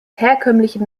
herkömmlichen